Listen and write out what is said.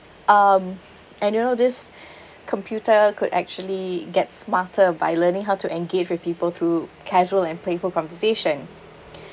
um and you know this computer could actually get smarter by learning how to engage with people through casual and playful conversation